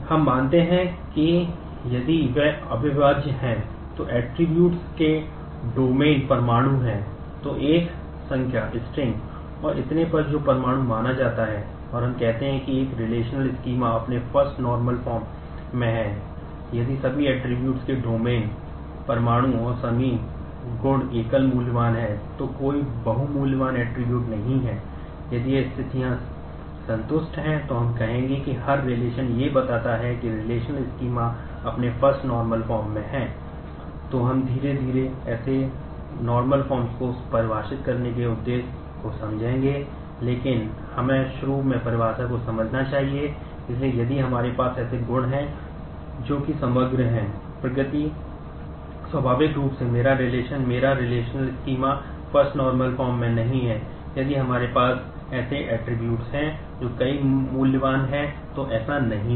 हम मानते हैं कि यदि वे अविभाज्य हैं तो ऐट्रिब्यूट्स हैं जो कई मूल्यवान हैं तो ऐसा नहीं है